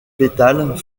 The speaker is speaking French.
pétales